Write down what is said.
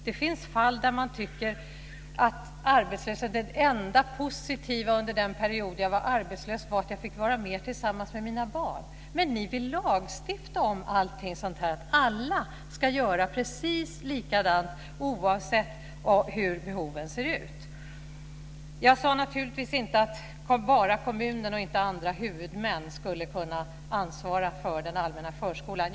Det finns fall där man har tyckt att det enda positiva när man var arbetslös var att man fick vara mer tillsammans med sina barn. Men ni vill lagstifta om allt sådant här, så att alla gör precis likadant oavsett hur behoven ser ut. Jag sade naturligtvis inte att bara kommunen och inte andra huvudmän skulle kunna ansvara för den allmänna förskolan.